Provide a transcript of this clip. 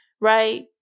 right